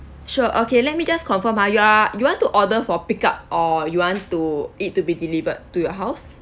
sure okay let me just confirm ah you are you want to order for pick up or you want to it to be delivered to your house